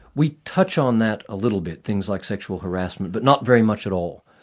we touch on that a little bit, things like sexual harassment, but not very much at all.